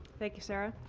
thank you, sarah.